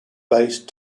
based